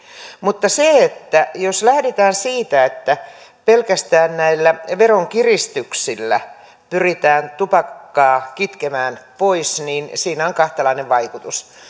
mutta jos lähdetään siitä että pelkästään näillä veronkiristyksillä pyritään tupakkaa kitkemään pois niin siinä on kahtalainen vaikutus